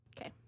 Okay